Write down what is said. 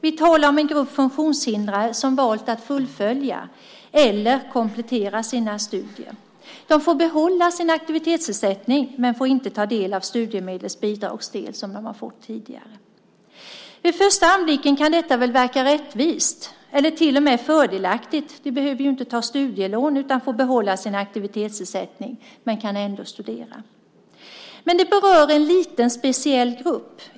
Vi talar om en grupp funktionshindrade som valt att fullfölja eller komplettera sina studier. De får behålla sin aktivitetsersättning men får inte ta del av studiemedlets bidragsdel, vilket de fått tidigare. Vid första anblicken kan detta verka både rättvist och till och med fördelaktigt. De behöver ju inte ta studielån utan får behålla sin aktivitetsersättning och kan ändå studera. Det berör en liten, speciell grupp.